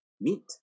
meat